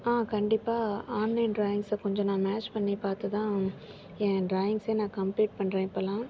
கண்டிப்பாக ஆன்லைன் ட்ராயிங்ஸை கொஞ்சம் நான் மேட்ச் பண்ணி பார்த்துதான் என் ட்ராயிங்க்ஸே நான் கம்ப்ளீட் பண்ணுற இப்போலாம்